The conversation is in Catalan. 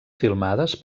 filmades